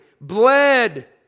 bled